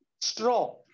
straw